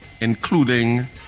including